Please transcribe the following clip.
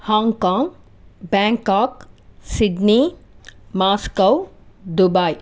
Hong Kong Bangkok Sydney Moscow Dubai